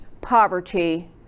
poverty